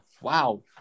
Wow